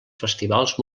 festivals